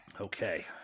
Okay